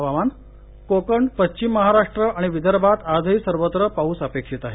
हवामान कोकण पश्चिम महाराष्ट्र आणि विदर्भात आजही सर्वत्र पाऊस अपेक्षित आहे